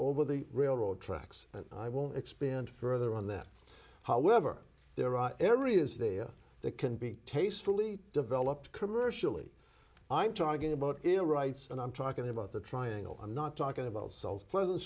over the railroad tracks and i won't expand further on that however there are areas there that can be tastefully developed commercially i'm talking about the rights and i'm talking about the triangle i'm not talking about salt pleasant